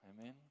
Amen